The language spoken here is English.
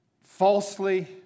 falsely